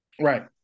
Right